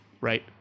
right